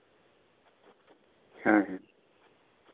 ᱦᱮᱸ ᱦᱮᱸ